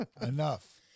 Enough